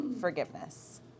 forgiveness